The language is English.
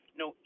no